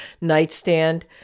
nightstand